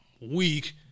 week